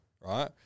right